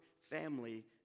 family